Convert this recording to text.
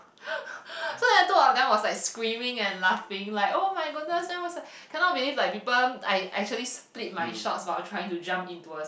so then two of them was like screaming and laughing like oh my goodness then was like cannot believe like people I actually split my shorts while trying to jump into a